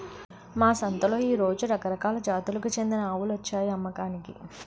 మా సంతలో ఈ రోజు రకరకాల జాతులకు చెందిన ఆవులొచ్చాయి అమ్మకానికి